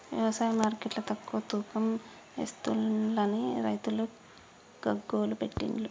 వ్యవసాయ మార్కెట్ల తక్కువ తూకం ఎస్తుంలని రైతులు గగ్గోలు పెట్టిన్లు